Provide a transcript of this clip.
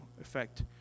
effect